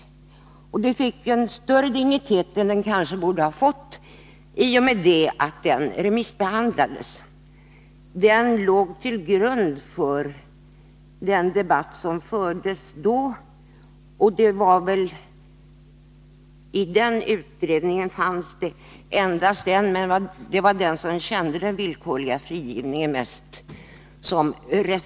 Utredningen fick en större dignitet än den kanske borde ha fått i och med att den remissbehandlades. Den låg till grund för den debatt som fördes då. Det var endast en ledamot av den utredningen som reserverade sig, nämligen den som kände till den villkorliga frigivningen mest.